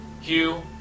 Hugh